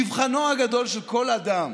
מבחנו הגדול של כל אדם